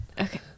okay